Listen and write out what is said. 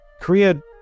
Korea